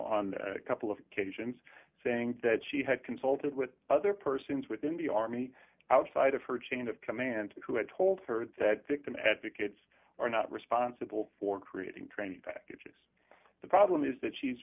on a couple of occasions saying that she had consulted with other persons within the army outside of her chain of command who had told her that victim advocates are not responsible for creating training packages the problem is that she